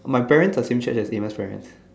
my parent are same Church as me my friend